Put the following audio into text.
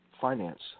finance